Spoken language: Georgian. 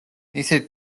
ისეთი